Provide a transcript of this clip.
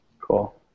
Cool